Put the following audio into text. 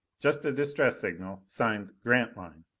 just a distress signal, signed grantline.